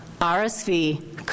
RSV